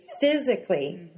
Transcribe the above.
physically